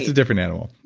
different animal.